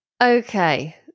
Okay